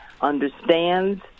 understands